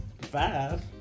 five